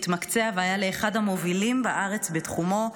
התמקצע והיה לאחד המובילים בארץ בתחומו,